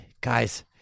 guys